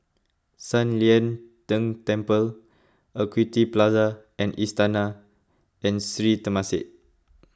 San Lian Deng Temple Equity Plaza and Istana and Sri Temasek